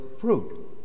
fruit